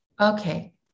okay